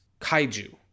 Kaiju